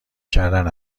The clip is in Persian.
کردن